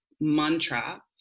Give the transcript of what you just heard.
mantra